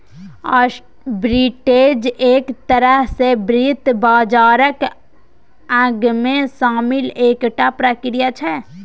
arbitrage एक तरह सँ वित्त बाजारक अंगमे शामिल एकटा प्रक्रिया छै